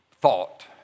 thought